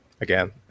Again